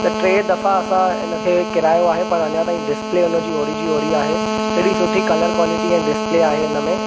त टे दफ़ा असां इन खे केरायो आहे पर अञा ताईं डिसप्ले हुनजी ओढ़ी जी ओढ़ी आहे एॾी सुठी कलर क़्वालिटी ऐं डिसप्ले आहे हिन में